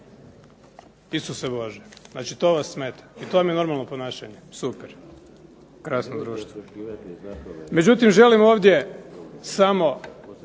Isuse Bože znači to vas smeta i to vam je normalno ponašanje? Super, krasno društvo. Međutim želim ovdje samo